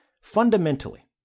fundamentally